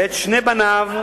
ואת שני בניו.